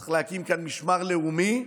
צריך להקים כאן משמר לאומי,